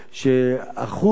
אחוז